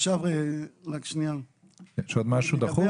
יש עוד משהו דחוף?